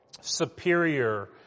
superior